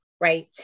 right